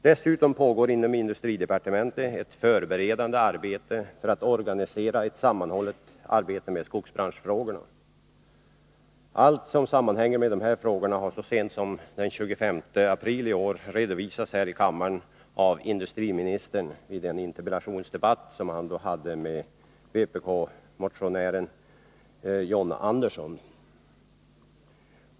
Dessutom pågår inom industridepartementet ett förberedande arbete för att organisera ett sammanhållet arbete med skogsbranschfrågorna. Allt som sammanhänger med dessa frågor har så sent som den 25 april i år redovisats här i kammaren av industriministern vid en interpellationsdebatt som han hade med en av motionärerna, John Andersson.